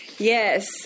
Yes